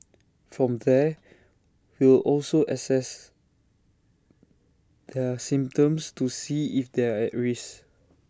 from there we'll also assess their symptoms to see if they're at risk